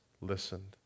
listened